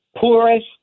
poorest